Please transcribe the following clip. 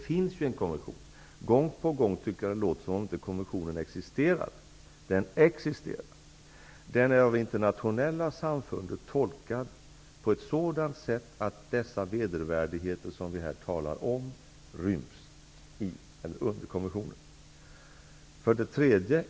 Gång på gång tycker jag att det låter som om konventionen inte existerar. Den existerar. Den är tolkad av det internationella samfundet på ett sådant sätt att de vedervärdigheter som vi här talar om inryms i konventionen.